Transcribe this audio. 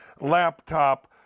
laptop